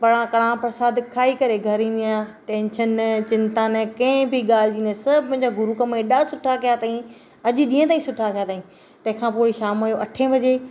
कणाहु कणाहु परसादु खाई करे घरु ईंदी आहियां टैंशन न चिंता न कंहिं बि ॻाल्हि जी न सभु मुंहिंजा गुरु कम एॾा सुठा कयां तईं अॼु ॾींहुं ताईं सुठा कयां तईं तंहिंखां पोइ वरी शाम जो अठे बजे